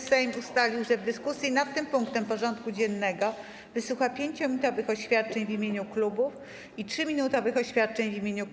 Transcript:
Sejm ustalił, że w dyskusji nad tym punktem porządku dziennego wysłucha 5-minutowych oświadczeń w imieniu klubów i 3-minutowych oświadczeń w imieniu kół.